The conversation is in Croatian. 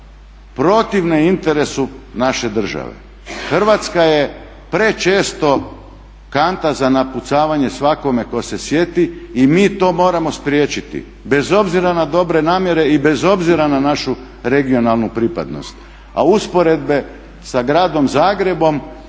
protivne interesu naše države. Hrvatska je prečesto kanta za napucavanje svakome ko se sjeti i mi to moramo spriječiti bez obzira na dobre namjere i bez obzira na našu regionalnu pripadnost. A usporedbe sa Gradom Zagrebom